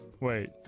Wait